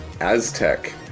Aztec